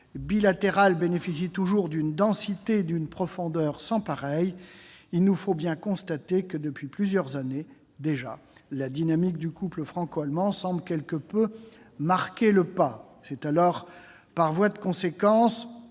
bilatérale bénéficie toujours d'une densité et d'une profondeur sans pareilles, il nous faut bien constater que, depuis plusieurs années déjà, la dynamique du couple franco-allemand semble quelque peu marquer le pas. C'est alors, par voie de conséquence,